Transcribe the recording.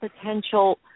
potential